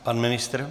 Pan ministr?